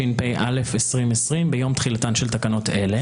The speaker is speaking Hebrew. התשפ"א-2020, ביום תחילתן של תקנות אלה.